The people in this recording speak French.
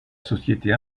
société